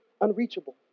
unreachable